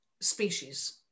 species